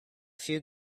few